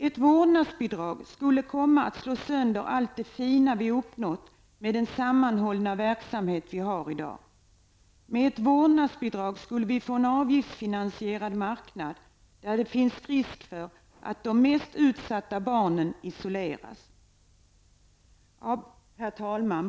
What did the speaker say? Ett vårdnadsbidrag skulle komma att slå sönder allt det fina vi uppnått med den samhållna verksamhet vi har i dag. Med ett vårdnadsbidrag skulle vi få en avgiftsfinansierad marknad där det finns risk för att de mest utsatta barnen isoleras. Herr talman!